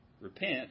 repent